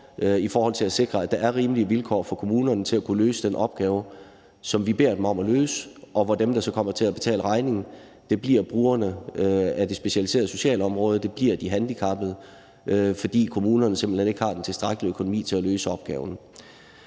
i forhold til at sikre, at der er rimelige vilkår for kommunerne til at kunne løse den opgave, som vi beder dem om at løse, i forhold til at dem, der kommer til at betale regningen, bliver brugerne af det specialiserede socialområde; det bliver de handicappede, fordi kommunerne simpelt hen ikke har den tilstrækkelige økonomi til at løse opgaven.